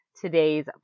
today's